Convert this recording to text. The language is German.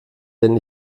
denn